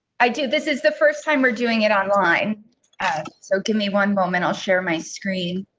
i do this is the first time we're doing it online so give me one moment. i'll share my screen.